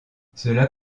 cela